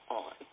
on